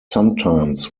sometimes